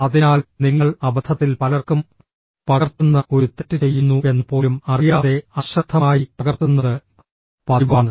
അതിനാൽ നിങ്ങൾ അബദ്ധത്തിൽ പലർക്കും പകർത്തുന്ന ഒരു തെറ്റ് ചെയ്യുന്നുവെന്ന് പോലും അറിയാതെ അശ്രദ്ധമായി പകർത്തുന്നത് പതിവാണ്